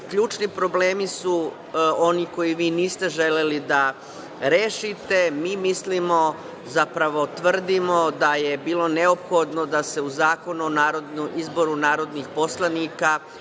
Ključni problemi su oni koje vi niste želeli da rešite. Mi mislimo, zapravo, tvrdimo da je bilo neophodno da se u Zakon o izboru narodnih poslanika